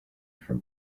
from